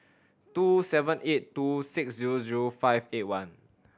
two seven eight two six zero zero five eight one